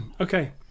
okay